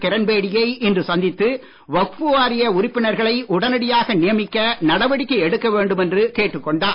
கிரண் பேடியை இன்று சந்தித்து வக்ஃபு வாரிய உறுப்பினர்களை உடனடியாக நியமிக்க நடவடிக்கை எடுக்க வேண்டும் என்று கேட்டுக் கொண்டார்